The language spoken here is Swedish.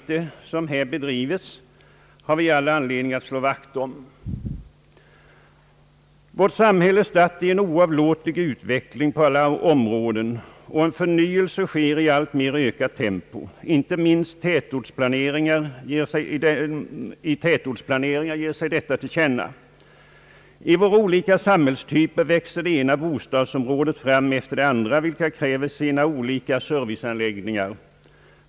vissa skattepolitiska åtgärder, m.m. anledning att slå vakt om det frivilliga arbete som här bedrives. Vårt samhälle är statt i oavlåtlig utveckling på alla områden, och en förnyelse sker i allt raskare tempo. Inte minst i tätortsplaneringen ger sig detta till känna. I våra olika samhällstyper växer det ena bostadsområdet efter det andra fram, som kräver sina olika serviceanläggningar.